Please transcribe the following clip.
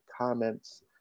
comments